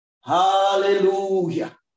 Hallelujah